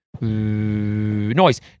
noise